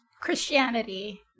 Christianity